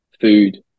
food